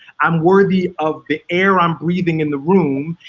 i'm worthy of the air i'm breathing in the room.